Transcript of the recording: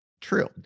True